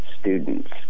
students